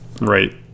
Right